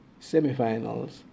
semifinals